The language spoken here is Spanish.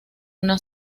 una